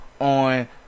on